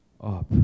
up